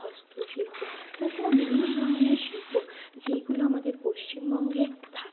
হস্তশিল্প তাছাড়াও বিভিন্ন ধরনের শিল্প যেগুলো আমাদের পশ্চিমবঙ্গে থাকে